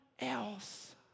else